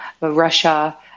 Russia